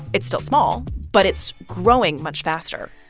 it's still small, but it's growing much faster